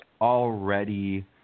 already –